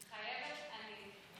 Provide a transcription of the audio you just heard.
מתחייבת אני.